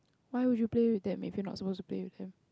why would you play with that maybe you're not supposed to play with him